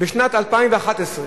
בשנת 2011,